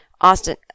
Austin